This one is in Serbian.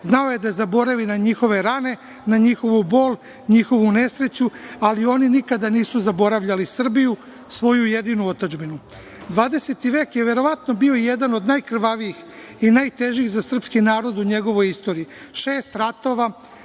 Znao je da zaboravi na njihove rane, na njihovu bol, njihovu nesreću, ali oni nikada nisu zaboravljali Srbiju, svoju jedinu otadžbinu. Dvadeseti vek je verovatno bio jedan od najkrvavijih i najtežih za srpski narod u njegovoj istoriji. Šest ratova,